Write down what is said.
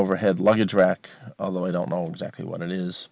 overhead luggage rack although i don't know exactly what